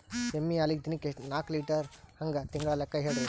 ಎಮ್ಮಿ ಹಾಲಿಗಿ ದಿನಕ್ಕ ನಾಕ ಲೀಟರ್ ಹಂಗ ತಿಂಗಳ ಲೆಕ್ಕ ಹೇಳ್ರಿ?